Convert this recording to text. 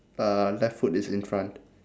uh left foot is in front